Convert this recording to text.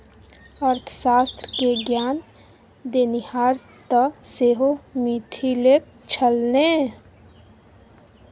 अर्थशास्त्र क ज्ञान देनिहार तँ सेहो मिथिलेक छल ने